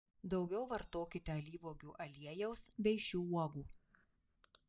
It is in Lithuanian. daugiau vartokite alyvuogių aliejaus bei šių uogų